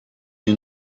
you